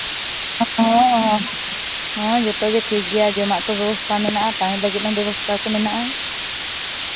ᱦᱮᱸ ᱡᱚᱛᱚᱜᱮ ᱴᱷᱤᱠ ᱜᱮᱭᱟ ᱡᱚᱢᱟᱜ ᱠᱚ ᱵᱮᱵᱚᱥᱛᱷᱟ ᱢᱮᱱᱟᱜᱼᱟ ᱛᱟᱦᱮᱱ ᱞᱟᱹᱜᱤᱫ ᱦᱚᱸ ᱵᱮᱵᱚᱥᱛᱷᱟ ᱠᱚ ᱢᱮᱱᱟᱜᱼᱟ